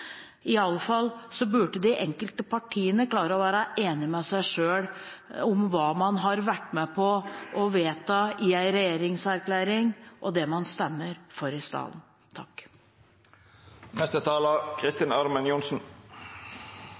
burde de enkelte partiene klare å være enige med seg selv om hva man har vært med på å vedta i en regjeringserklæring, og det man stemmer for i salen.